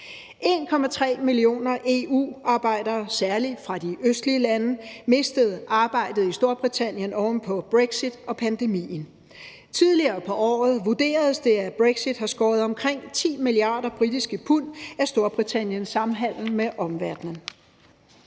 1,3 millioner EU-arbejdere, særlig fra de østlige lande, mistede arbejdet i Storbritannien oven på brexit og pandemien. Tidligere på året vurderedes det, at brexit har skåret omkring 10 milliarder britiske pund af Storbritanniens samhandel med omverdenen.